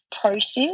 process